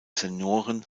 senioren